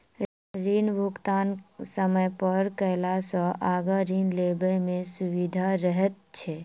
ऋण भुगतान समय पर कयला सॅ आगाँ ऋण लेबय मे सुबिधा रहैत छै